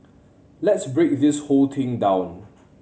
let's break this whole thing down